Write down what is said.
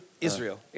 Israel